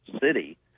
city